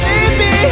Baby